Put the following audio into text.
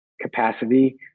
capacity